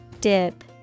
Dip